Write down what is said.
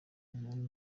umuntu